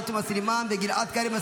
עאידה תומא סולימאן וגלעד קריב,